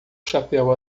chapéu